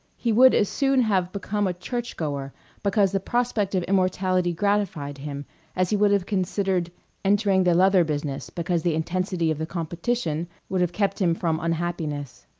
he would as soon have become a churchgoer because the prospect of immortality gratified him as he would have considered entering the leather business because the intensity of the competition would have kept him from unhappiness.